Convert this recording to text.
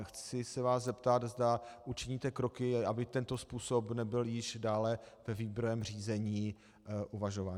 Chci se vás zeptat, zda učiníte kroky, aby tento způsob nebyl již dále ve výběrovém řízení uvažován.